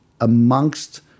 amongst